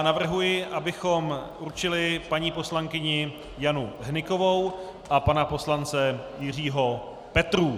Navrhuji, abychom určili paní poslankyni Janu Hnykovou a pana poslance Jiřího Petrů.